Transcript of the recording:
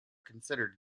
considered